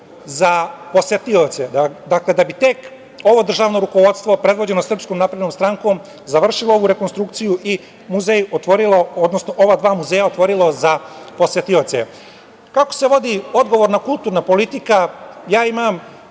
za posetioce, da bi tek ovo državno rukovodstvo, predvođeno SNS, završilo ovu rekonstrukciju i muzej otvorilo, odnosno ova dva muzeja otvorilo za posetioce. Kako se vodi odgovorna kulturna politika, ja imam